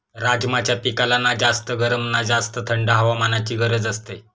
राजमाच्या पिकाला ना जास्त गरम ना जास्त थंड हवामानाची गरज असते